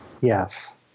Yes